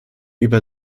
über